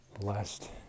blessed